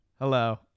hello